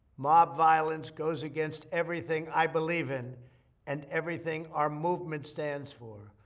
mob violence goes against everything i believe in and everything our movement stands for.